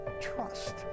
trust